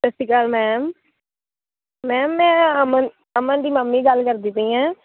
ਸਤਿ ਸ਼੍ਰੀ ਅਕਾਲ ਮੈਮ ਮੈਮ ਮੈਂ ਅਮਨ ਅਮਨ ਦੀ ਮੰਮੀ ਗੱਲ ਕਰਦੀ ਪਈ ਹਾਂ